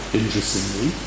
interestingly